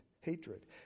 hatred